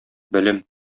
белем